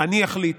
אני אחליט,